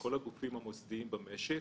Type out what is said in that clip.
לכל הגופים המוסדיים במשק,